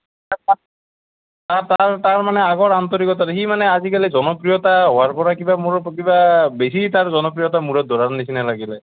তাৰ তাৰ তাৰ মানে আগৰ আন্তৰিকতাটো সি মানে আজিকালি জনপ্ৰিয়তা হোৱাৰ পৰা কিবা মোৰ কিবা বেছি তাৰ জনপ্ৰিয়তা মূৰত ধৰাৰ নিচিনা লাগিলে